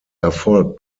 erfolg